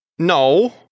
No